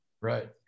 Right